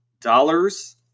dollars